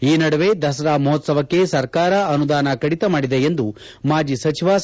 ಈ ನಡುವೆ ದಸರಾ ಮಹೋತ್ಸವಕ್ಕೆ ಸರ್ಕಾರ ಅನುದಾನ ಕಡಿತ ಮಾಡಿದೆ ಎಂದು ಮಾಜಿ ಸಚಿವ ಸಾ